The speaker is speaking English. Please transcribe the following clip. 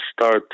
start